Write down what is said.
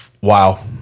wow